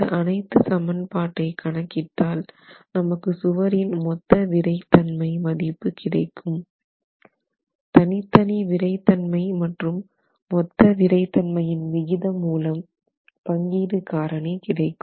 இந்த அனைத்து சமன்பாட்டை கணக்கிட்டால் நமக்கு சுவரின் மொத்த விறை தன்மை மதிப்பு கிடைக்கும் தனித்தனி விறை தன்மை மற்றும் மொத்த விறை தன்மையின் விகிதம் மூலம் பங்கீடு காரணி கிடைக்கும்